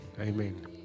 Amen